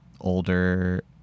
older